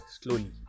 slowly